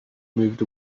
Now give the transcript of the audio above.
moved